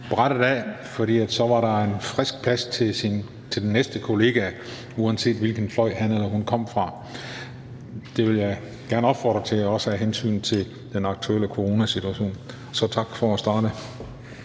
pulten af, for så var der en frisk plads til den næste kollega, uanset hvilken fløj han eller hun kom fra. Det vil jeg gerne opfordre til, også af hensyn til den aktuelle coronasituation. Så tak for at starte.